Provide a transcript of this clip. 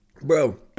bro